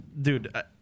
dude